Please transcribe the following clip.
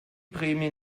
prämie